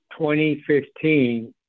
2015